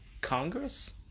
Congress